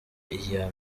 iya